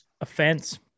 offense